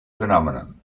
phenomenon